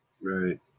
Right